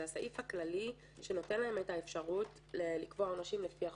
זה הסעיף הכללי שנותן להם אפשרות לקבוע עונשים לפי החוק.